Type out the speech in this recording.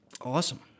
Awesome